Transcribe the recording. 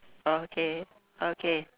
okay okay